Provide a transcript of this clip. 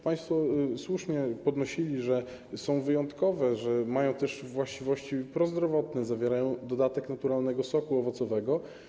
Państwo słusznie podnosili, że są wyjątkowe, że mają też właściwości prozdrowotne, zawierają dodatek naturalnego soku owocowego.